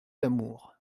d’amour